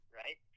right